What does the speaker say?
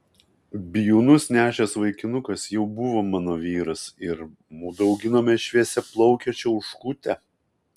bijūnus nešęs vaikinukas jau buvo mano vyras ir mudu auginome šviesiaplaukę čiauškutę